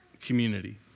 community